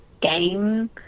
game